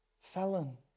felon